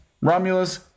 Romulus